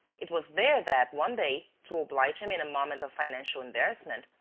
it was there that, one day, to oblige him in a moment of financial embarrassment,